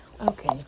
Okay